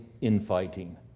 infighting